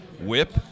whip